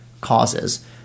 causes